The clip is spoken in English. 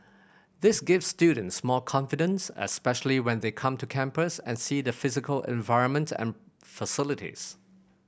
this gives students more confidence especially when they come to campus and see the physical environment and facilities